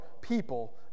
people